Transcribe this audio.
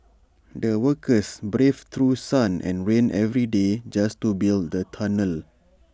the workers braved through sun and rain every day just to build the tunnel